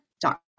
dot